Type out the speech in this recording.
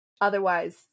Otherwise